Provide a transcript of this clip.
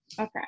Okay